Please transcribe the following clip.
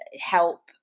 help